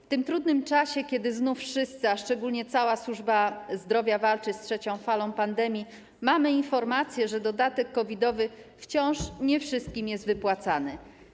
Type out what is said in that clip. W tym trudnym czasie, kiedy znów wszyscy, a szczególnie cała służba zdrowia, walczą z trzecią falą pandemii, mamy informacje, że dodatek COVID-owy wciąż nie wszystkim jest wypłacany.